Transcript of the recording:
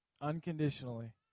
unconditionally